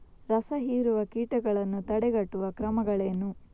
ರಸಹೀರುವ ಕೀಟಗಳನ್ನು ತಡೆಗಟ್ಟುವ ಕ್ರಮಗಳೇನು?